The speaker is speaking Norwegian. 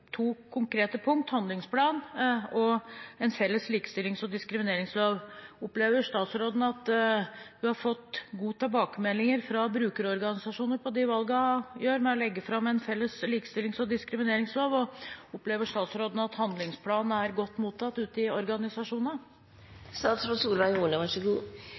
at hun har fått gode tilbakemeldinger fra brukerorganisasjoner på de valgene hun gjør ved å legge fram en felles likestillings- og diskrimineringslov? Opplever statsråden at handlingsplanen er godt mottatt ute i